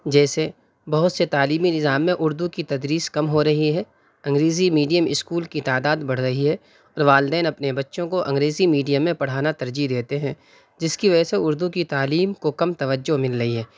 جیسے بہت سے تعلیمی نظام میں اردو کی تدریس کم ہو رہی ہے انگریزی میڈیم اسکول کی تعداد بڑھ رہی ہے اور والدین اپنے بچوں کو انگریزی میڈیم اسکول میں پڑھانا ترجیح دیتے ہیں جس کی وجہ سے اردو کی تعلیم کو کم توجہ مل رہی ہے